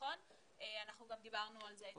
אנחנו גם דיברנו על זה אתמול.